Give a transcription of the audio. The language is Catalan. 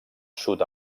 sud